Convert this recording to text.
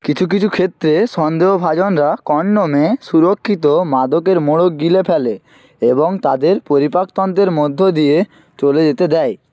কিছু কিছু ক্ষেত্রে সন্দেহভাজনরা কণ্ডোমে সুরক্ষিত মাদকের মোড়ক গিলে ফেলে এবং তাদের পরিপাকতন্ত্রের মধ্য দিয়ে চলে যেতে দেয়